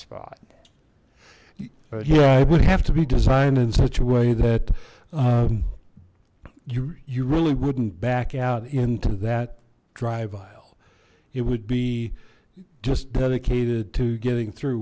spot yeah i would have to be designed in such a way that you you really wouldn't back out into that drive aisle it would be just dedicated to getting through